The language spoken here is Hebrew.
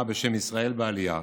בשם "ישראל בעלייה"